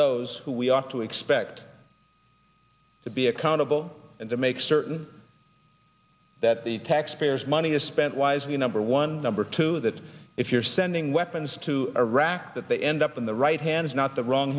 who we ought to expect to be accountable and to make certain that the taxpayers money is spent wisely number one number two that if you're sending weapons to iraq that they end up in the right hands not the wrong